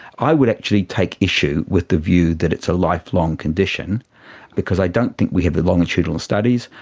i would actually take issue with the view that it's a lifelong condition because i don't think we have the longitudinal studies,